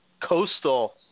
coastal